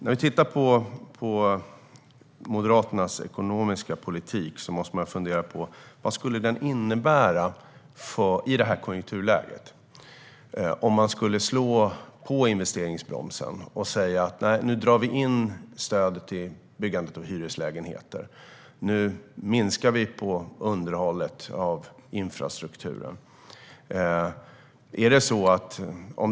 När man tittar på Moderaternas ekonomiska politik måste man fundera på vad det skulle innebära om man i det här konjunkturläget skulle slå på investeringsbromsen och säga: Nu drar vi in stödet till byggandet av hyreslägenheter. Nu minskar vi på underhållet av infrastrukturen.